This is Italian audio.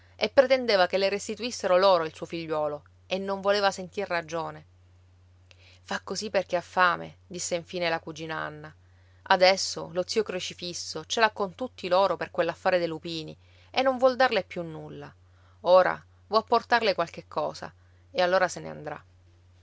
e pretendeva che le restituissero loro il suo figliuolo e non voleva sentir ragione fa così perché ha fame disse infine la cugina anna adesso lo zio crocifisso ce l'ha con tutti loro per quell'affare dei lupini e non vuol darle più nulla ora vo a portarle qualche cosa e allora se ne andrà